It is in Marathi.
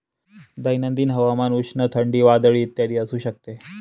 दैनंदिन हवामान उष्ण, थंडी, वादळी इत्यादी असू शकते